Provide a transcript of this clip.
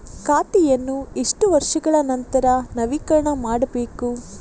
ಖಾತೆಯನ್ನು ಎಷ್ಟು ವರ್ಷಗಳ ನಂತರ ನವೀಕರಣ ಮಾಡಬೇಕು?